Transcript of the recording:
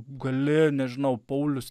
gali nežinau paulius